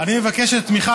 מיכאל